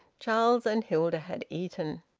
charles and hilda had eaten.